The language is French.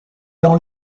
dans